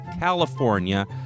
California